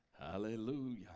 hallelujah